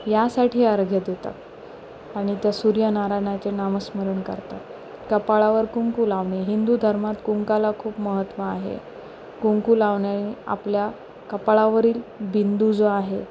यासाठी आरोग्य देतात आणि त्या सूर्यनारायणाचे नामस्मरण करतात कपाळावर कुंकू लावणे हिंदू धर्मात कुंकाला खूप महत्त्व आहे कुंकू लावण्याने आपल्या कपाळावरील बिंदू जो आहे